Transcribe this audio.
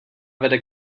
vede